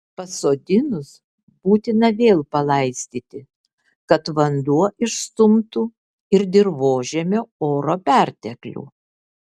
pasodinus būtina vėl palaistyti kad vanduo išstumtų ir dirvožemio oro perteklių